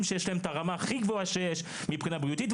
שיש להם את הרמה הכי גבוה שיש מבחינה בריאותית,